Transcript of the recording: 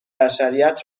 بشریت